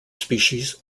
species